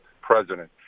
president